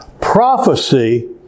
Prophecy